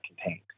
contained